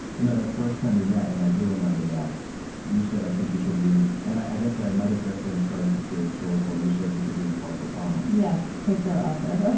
you know that first time we met and i do remember that you said, i think you should read and i guess i might have just been starting to create storycorps. you said, you should read parker palmer yes. the quaker author. right